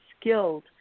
skilled